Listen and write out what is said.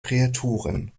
kreaturen